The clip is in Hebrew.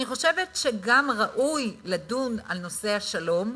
אני חושבת שגם ראוי לדון על נושא השלום,